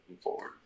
forward